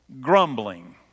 grumbling